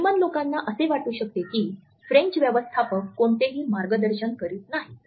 German लोकांना असे वाटू शकते की फ्रेंच व्यवस्थापक कोणतेही मार्गदर्शन करीत नाहीत